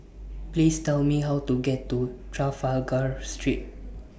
Please Tell Me How to get to Trafalgar Street